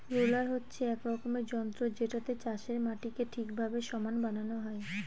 roller হচ্ছে এক রকমের যন্ত্র যেটাতে চাষের মাটিকে ঠিকভাবে সমান বানানো হয়